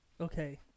Okay